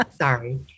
sorry